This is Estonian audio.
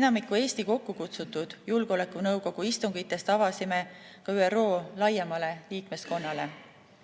Enamiku Eesti kokkukutsutud julgeolekunõukogu istungitest avasime ka ÜRO laiemale liikmeskonnale.